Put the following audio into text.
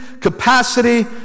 capacity